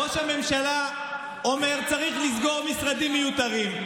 ראש הממשלה אומר: צריך לסגור משרדים מיותרים.